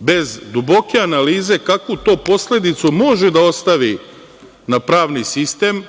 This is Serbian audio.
bez duboke analize kakvu to posledicu može da ostavi na pravni sistem,